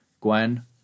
Gwen